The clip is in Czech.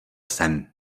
sem